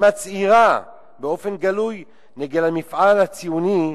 מצהירה באופן גלוי נגד המפעל הציוני,